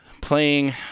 playing